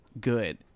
good